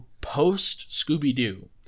post-Scooby-Doo